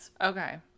Okay